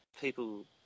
people